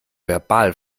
verbal